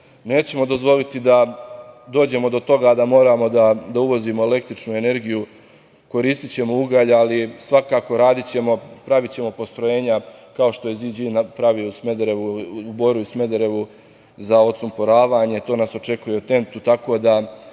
nećemo dozvoliti da dođemo do toga da moramo da uvozimo električnu energiju, koristićemo ugalj, ali svakako radićemo, pravićemo postrojenja, kao što je „Ziđin“ pravio u Boru i Smederevu za odsumporavanje, to nas očekuje i u TENT-u, tako da